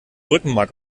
rückenmark